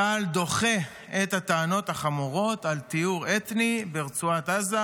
"צה"ל דוחה את הטענות החמורות על טיהור אתני ברצועת עזה,